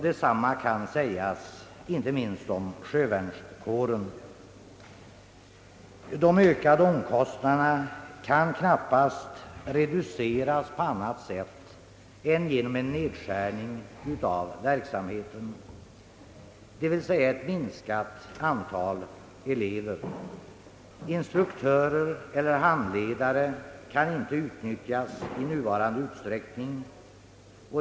Detsamma kan sägas om sjövärnskåren, De ökade omkostnaderna lär knappast kunna reduceras på annat sätt än genom en nedskärning av verksamheten, d. v. s. minskat antal elever, Instruktörer eller handledare kan inte utnyttjas i nuvarande utsträckning.